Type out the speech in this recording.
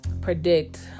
predict